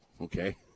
okay